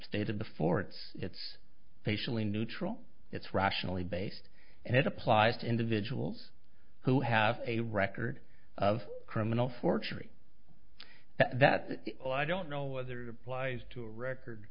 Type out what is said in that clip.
stated before it's it's facially neutral it's rationally based and it applies to individuals who have a record of criminal forgery that i don't know whether the applies to a record